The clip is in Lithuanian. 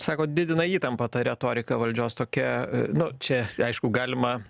sako didina įtampą ta retorika valdžios tokia nu čia aišku galima